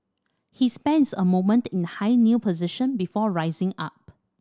he spends a moment in high kneel position before rising up